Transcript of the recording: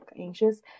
anxious